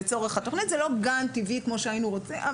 לצורך התוכנית, זה לא גן טבעי כמו שהיינו רוצים.